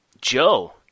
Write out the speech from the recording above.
Joe